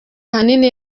ahanini